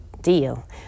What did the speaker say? deal